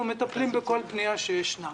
אנחנו מטפלים בכל פנייה שמגיעה.